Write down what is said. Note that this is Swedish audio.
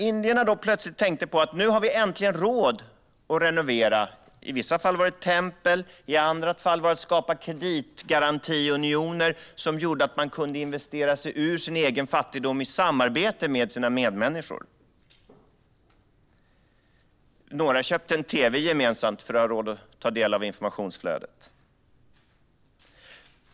Indierna kom plötsligt på att de äntligen hade råd att renovera tempel och att skapa kreditgarantiunioner som gjorde att man kunde investera sig ur sin egen fattigdom i samarbete med sina medmänniskor. Några köpte en tv gemensamt för att ha råd att ta del av informationsflödet.